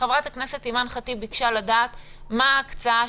חברת הכנסת אימאן ח'טיב ביקשה לדעת מה ההקצאה